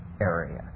area